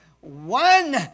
one